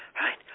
Right